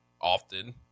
often